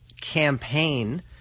campaign